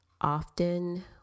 Often